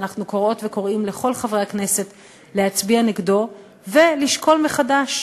ואנחנו קוראות וקוראים לכל חברי הכנסת להצביע נגדו ולשקול מחדש